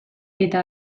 eta